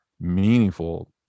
meaningful